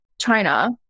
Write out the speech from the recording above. China